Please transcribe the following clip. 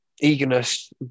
eagerness